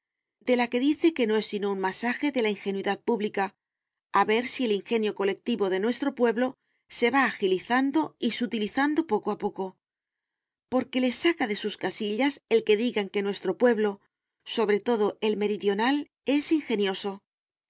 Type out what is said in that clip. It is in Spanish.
de la que dice que no es sino un masaje de la ingenuidad pública a ver si el ingenio colectivo de nuestro pueblo se va agilizando y sutilizando poco a poco porque le saca de sus casillas el que digan que nuestro pueblo sobre todo el meridional es ingenioso